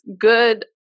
good